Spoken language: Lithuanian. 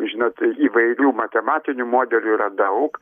žinot įvairių matematinių modelių yra daug